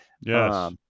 Yes